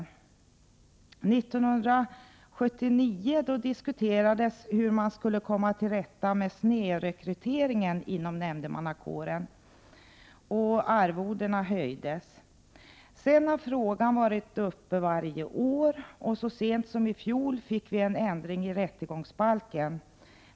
1979 diskuterades hur man skulle komma till rätta med snedrekryteringen inom nämndemannakåren, och arvodena höjdes. Sedan har frågan varit uppe varje år. Så sent som i fjol fick vi en ändring i rättegångsbalken.